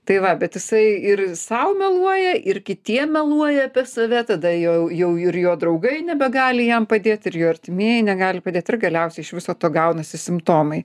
tai va bet jisai ir sau meluoja ir kitiem meluoja apie save tada jau jau ir jo draugai nebegali jam padėt ir jo artimieji negali padėt ir galiausiai iš viso to gaunasi simptomai